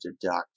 deduct